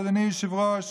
אדוני היושב-ראש,